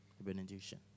Benediction